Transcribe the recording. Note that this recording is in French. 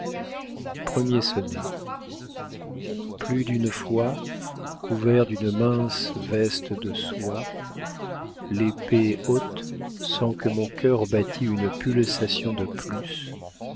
premier sonnet plus d'une fois couvert d'une mince veste de soie l'épée haute sans que mon cœur battît une pulsation de plus